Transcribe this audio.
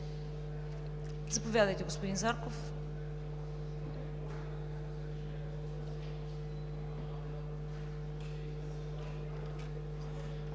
Заповядайте, господин Зарков.